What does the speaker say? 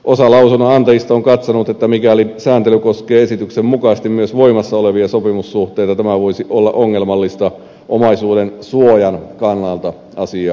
osa lausunnonantajista on katsonut että mikäli sääntely koskee esityksen mukaisesti myös voimassa olevia sopimussuhteita tämä voisi olla ongelmallista omaisuuden suojan kannalta asiaa katsottuna